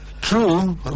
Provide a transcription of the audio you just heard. True